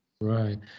Right